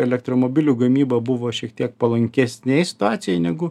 elektromobilių gamyba buvo šiek tiek palankesnėj situacijoj negu